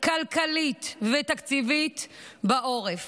כלכלית ותקציבית בעורף.